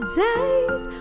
days